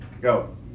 Go